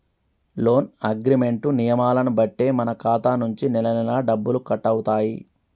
loan agreement నియమాలను బట్టే మన ఖాతా నుంచి నెలనెలా డబ్బులు కట్టవుతాయి